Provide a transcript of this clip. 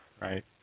Right